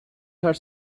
had